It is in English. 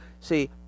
See